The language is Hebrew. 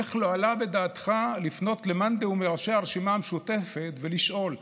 איך לא עלה בדעתך לפנות למאן דהוא מראשי הרשימה המשותפת ולשאול: